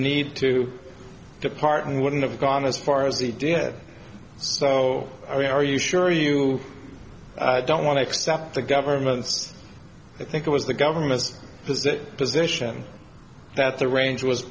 need to depart and wouldn't have gone as far as he did so are you sure you don't want to accept the government's i think it was the government has that position that the range was